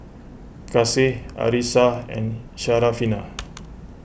Kasih Arissa and Syarafina